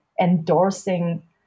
endorsing